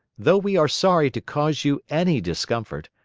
though we are sorry to cause you any discomfort,